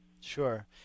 Sure